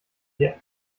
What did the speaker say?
dir